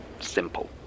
simple